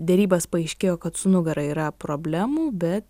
derybas paaiškėjo kad su nugara yra problemų bet